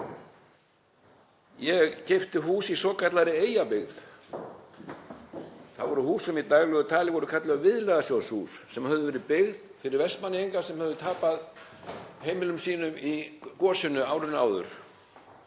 Ég keypti hús í svokallaðri Eyjabyggð. Það voru hús sem í daglegu tali voru kölluð viðlagasjóðshús sem höfðu verið byggð fyrir Vestmannaeyinga sem höfðu tapað heimilum sínum í gosinu árinu áður.